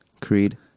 Creed